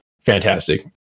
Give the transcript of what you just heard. fantastic